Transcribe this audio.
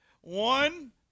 one